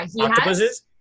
octopuses